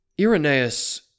Irenaeus